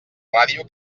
ràdio